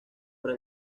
para